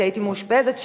כי הייתי מאושפזת שם.